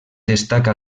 destaca